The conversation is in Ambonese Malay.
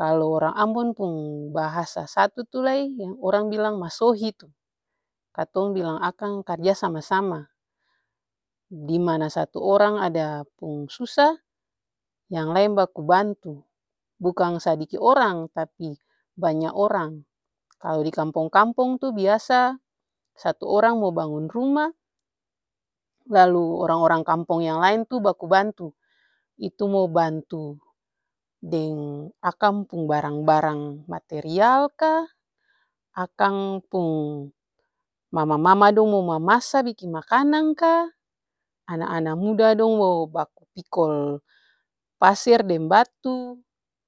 Lalu orang ambon pung bahasa satu tuh lai yang orang bilang masohi tuh, katong bilang akang karja sama-sama dimana satu orang ada pung susa yang laeng baku bantu. Bukang sadiki orang tapi banya orang. Kalu dikampong-kampong tuh biasa satu orang mo bangun rumah lalu orang-orang kampong yang laeng tuh baku bantu. Itu mo bantu deng akang pung barang-barang material ka, akang pung mama-mama dong mo mamasa biking makanan ka, ana-ana muda dong mo baku pikol paser deng batu.